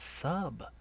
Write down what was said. sub